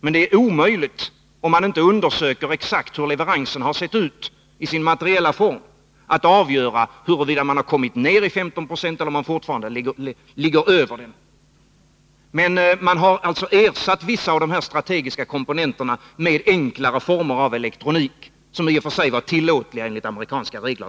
För den som inte undersöker exakt hur leveransen har sett ut i sin materiella form, är det dock omöjligt att avgöra huruvida man har kommit ned i 15 90 eller fortfarande ligger över. Man har alltså ersatt vissa av de strategiska komponenterna med enklare former av elektronik, som det i och för sig är tillåtet att exportera enligt amerikanska regler.